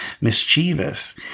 mischievous